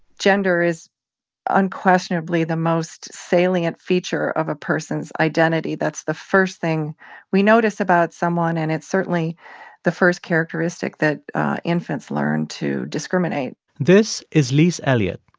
gender is unquestionably the most salient feature of a person's identity. that's the first thing we notice about someone. and it's certainly the first characteristic that infants learn to discriminate this is lise eliot.